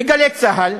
ב"גלי צה"ל",